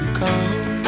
come